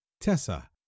Tessa